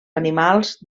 animals